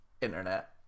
internet